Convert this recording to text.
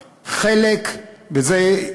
חלק, וזה,